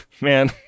Man